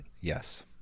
Yes